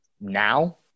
now